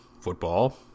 football